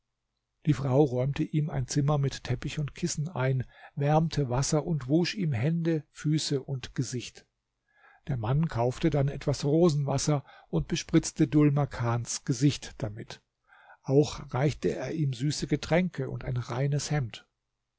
die frau räumte ihm ein zimmer mit teppich und kissen ein wärmte wasser und wusch ihm hände füße und gesicht der mann kaufte dann etwas rosenwasser und bespritzte dhul makans gesicht damit auch reichte er ihm süße getränke und ein reines hemd